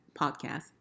podcast